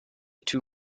two